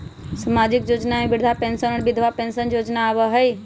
सामाजिक योजना में वृद्धा पेंसन और विधवा पेंसन योजना आबह ई?